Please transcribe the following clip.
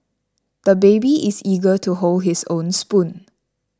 the baby is eager to hold his own spoon